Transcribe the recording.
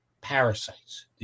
parasites